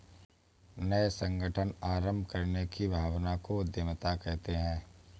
नये संगठन आरम्भ करने की भावना को उद्यमिता कहते है